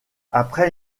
après